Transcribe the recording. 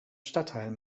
stadtteil